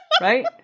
Right